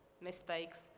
mistakes